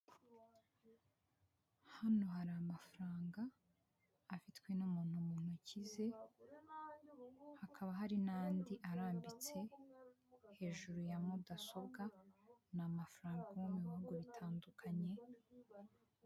Hano hari amafaranga, afitwe n'umuntu mu ntoki ze, hakaba hari n'andi arambitse, hejuru ya mudasobwa, ni amafaranga yo mu bihugu bitandukanye...